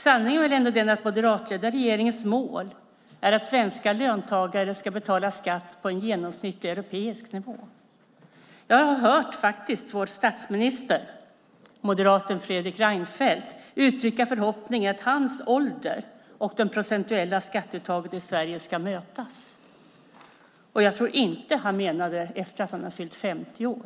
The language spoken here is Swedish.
Sanningen är väl ändå den att den moderatledda regeringens mål är att svenska löntagare ska betala skatt på en genomsnittlig europeisk nivå. Jag har hört vår statsminister, moderaten Fredrik Reinfeldt, uttrycka förhoppningen att hans ålder och det procentuella skatteuttaget i Sverige ska mötas, och jag tror inte att han menade efter att han har fyllt 50 år.